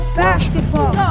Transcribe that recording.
basketball